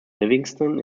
livingston